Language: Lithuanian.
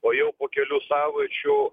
o jau po kelių savaičių